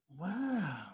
wow